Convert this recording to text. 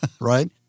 Right